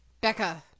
becca